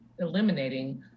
eliminating